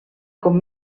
com